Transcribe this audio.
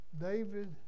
David